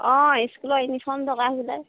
অঁ স্কুলৰ ইউনিফৰ্ম দৰকাৰ হৈছিলে